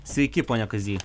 sveiki pone kazy